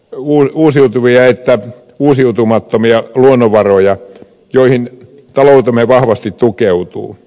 euhun uusiutuvia että uusiutumattomia luonnonvaroja joihin talou temme vahvasti tukeutuu